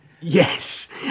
Yes